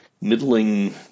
middling